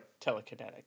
Telekinetic